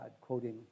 quoting